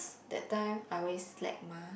that time I always slack mah